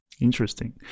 Interesting